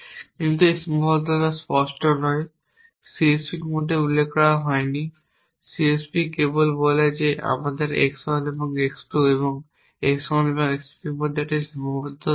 কিন্তু সেই সীমাবদ্ধতাটি স্পষ্ট নয় এটি CSPতে উল্লেখ করা হয়নি CSP কেবল বলে যে আমার x 1 এবং x 2 এবং x 1 এবং x 3 এর মধ্যে একটি সীমাবদ্ধতা রয়েছে